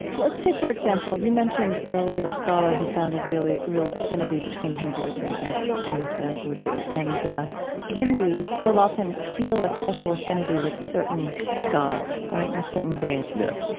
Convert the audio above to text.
let's say, for example, you mentioned earlier a scholar who found a really, real affinity between hinduism and and vodou. and hindus will often feel a special affinity with certain gods, right? with certain deities yes,